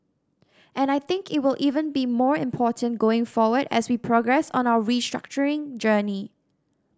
and I think it will even be more important going forward as we progress on our restructuring journey